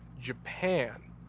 Japan